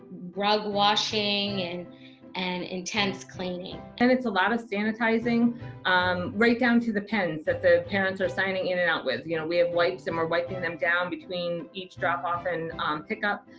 rug washing and an intense cleaning. and it's a lot of sanitizing um right down to the pens that the parents are signing in and out with you know we have wipes and we're wiping them down between each drop-off and pickup.